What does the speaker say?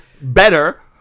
better